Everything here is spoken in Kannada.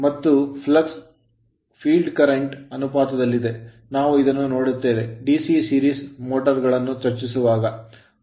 ಮತ್ತು flux ಫ್ಲಕ್ಸ್ ಕ್ಷೇತ್ರ current ಕರೆಂಟ್ ಅನುಪಾತದಲ್ಲಿದೆ ನಾವು ಇದನ್ನು ನೋಡುತ್ತೇವೆ DC series motor ಸರಣಿ ಮೋಟರ್ ಗಳನ್ನು ಚರ್ಚಿಸುವಾಗ